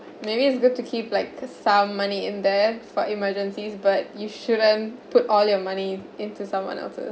maybe it's good to keep like the some money in there for emergencies but you shouldn't put all your money into someone else's